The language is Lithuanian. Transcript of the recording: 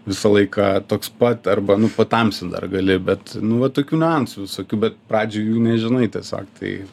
visą laiką toks pat arba nu patamsint dar gali bet nu va tokių niuansų visokių bet pradžioj jų nežinai tiesiog tai